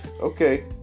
Okay